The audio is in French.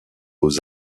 aux